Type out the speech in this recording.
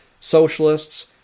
socialists